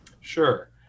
Sure